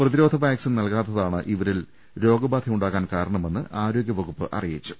പ്രതിരോധ വാക്സിൻ നൽകാത്തതാണ് ഇവരിൽ രോഗബാധയു ണ്ടാകാൻ കാരണമെന്ന് ആരോഗ്യ വകുപ്പ് അറിയിച്ചു